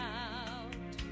out